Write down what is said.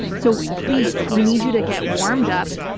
so please we need you to get warmed up,